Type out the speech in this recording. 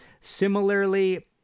Similarly